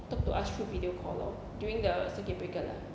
talk to us through video call lor during the circuit breaker lah